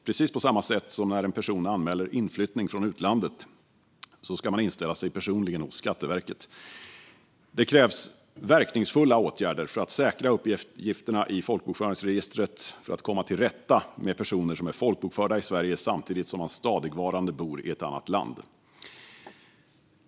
Precis på samma sätt som när en person anmäler inflyttning från utlandet ska man inställa sig personligen hos Skatteverket. Det krävs verkningsfulla åtgärder för att säkra uppgifterna i folkbokföringsregistret för att komma till rätta med personer som är folkbokförda i Sverige samtidigt som de stadigvarande bor i ett annat land.